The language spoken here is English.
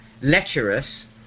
lecherous